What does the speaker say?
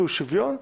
שהוא שוויון,